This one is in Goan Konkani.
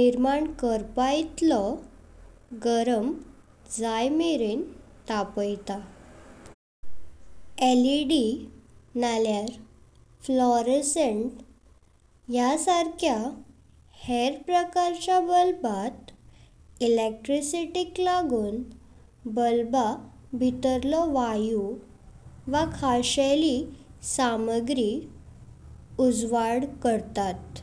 निर्माण करपाक इतलो गरम जाईमेरें तापएता। एलईडी नलयर फ्लोरोसेंट ह्या सारक्या ह्येर प्रकरणचा बल्बात इलेक्ट्रिसिटीक लागूं बल्ब भीतर्लो वायू वा खासहेली सामग्री उजवाड करताात।